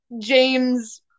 James